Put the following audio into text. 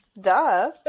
duh